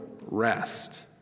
rest